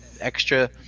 extra